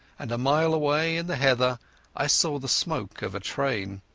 and a mile away in the heather i saw the smoke of a train.